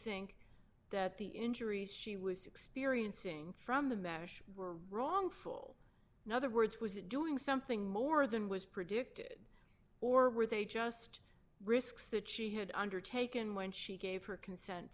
think that the injuries she was experiencing from the mesh were wrongful in other words was it doing something more than was predicted or were they just risks that she had undertaken when she gave her consent